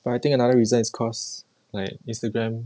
but I think another reason is cause like instagram